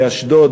באשדוד,